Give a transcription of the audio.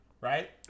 right